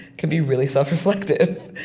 can be really self-reflective,